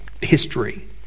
history